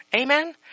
Amen